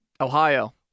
Ohio